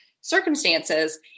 circumstances